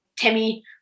Timmy